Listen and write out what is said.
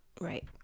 Right